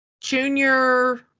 Junior